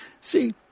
see